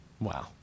wow